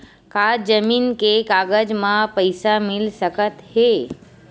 का जमीन के कागज म पईसा मिल सकत हे?